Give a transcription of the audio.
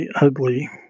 ugly